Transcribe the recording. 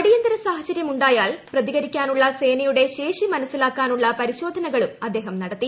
അടിയന്തരസാഹചര്യമുണ്ടായാൽ പ്രതികരിക്കാനുള്ള സേനയുടെ ശേഷി മനസിലാക്കാനുള്ള പരിശോധനകളും അദ്ദേഹം നടത്തി